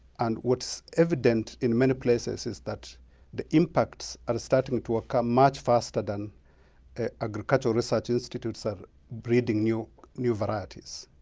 and what's evident in many places is that the impacts are starting to ah come much faster than the ah agricultural research institutes are breeding new new varieties.